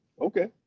Okay